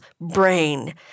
brain